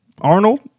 Arnold